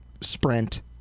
Sprint